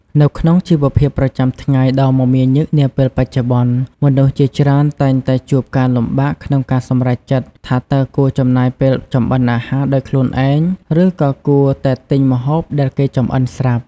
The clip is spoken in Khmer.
នៅក្នុងជីវភាពប្រចាំថ្ងៃដ៏មមាញឹកនាពេលបច្ចុប្បន្ន មនុស្សជាច្រើនតែងតែជួបការលំបាកក្នុងការសម្រេចចិត្តថាតើគួរចំណាយពេលចម្អិនអាហារដោយខ្លួនឯង ឬក៏គួរតែទិញម្ហូបដែលគេចម្អិនស្រាប់។